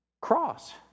cross